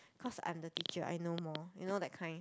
cause I'm the teacher I know more you know that kind